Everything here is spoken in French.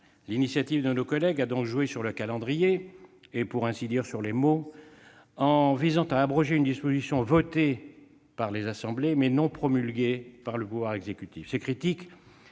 L'initiative de nos collègues a donc joué sur le calendrier et, pour ainsi dire, sur les mots, en visant à abroger une disposition votée par les assemblées, mais non promulguée par le pouvoir exécutif. Ces critiques